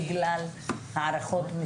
בבקשה, איילת.